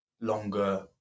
longer